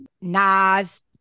Nas